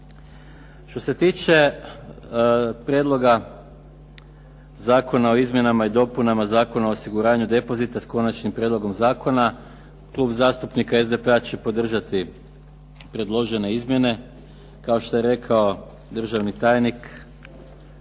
Što se tiče prijedloga Zakona o izmjenama i dopunama Zakona o osiguranju depozita s konačnim prijedlogom zakona Klub zastupnika SDP-a će podržati predložene izmjene. Kao što je rekao državni tajnik